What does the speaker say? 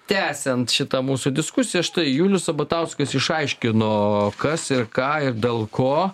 tęsiant šitą mūsų diskusiją štai julius sabatauskas išaiškino kas ir ką ir dėl ko